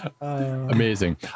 Amazing